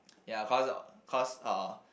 ya cause cause uh